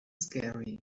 scary